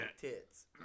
tits